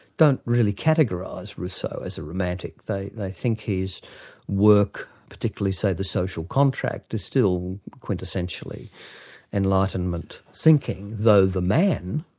don't really categorise rousseau as a romantic. they they think his work, particularly say the social contract is still quintessentially enlightenment thinking, though the man,